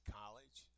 college